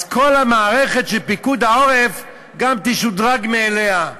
אז כל המערכת של פיקוד העורף, גם תשודרג מאליה,